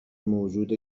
موجود